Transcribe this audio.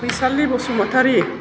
Phaisali Basumatary